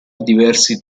diversi